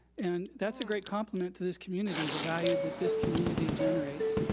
and that's a great compliment to this community, the value that this community generates.